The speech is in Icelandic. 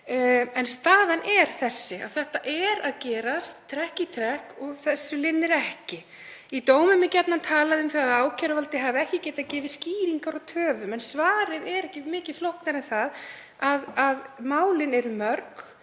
En staðan er sú að þetta gerist trekk í trekk og linnir ekki. Í dómum er gjarnan talað um að ákæruvaldið hafi ekki getað gefið skýringar á töfum, en svarið er ekki mikið flóknara en það að málin eru mörg